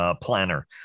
planner